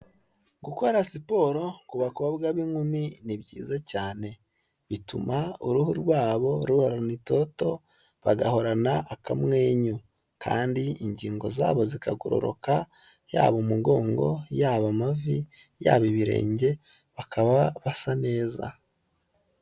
Gukora siporo ku bakobwa b'inkumi ni byiza cyane bituma uruhu rwabo ruhorana itoto bagahorana akamwenyu, kandi ingingo zabo zikagororoka yaba umugongo, yaba amavi, yaba ibirenge, bakaba basa neza.